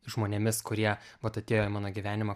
žmonėmis kurie vat atėjo į mano gyvenimą